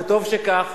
וטוב שכך,